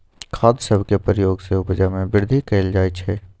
खाद सभके प्रयोग से उपजा में वृद्धि कएल जाइ छइ